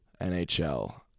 NHL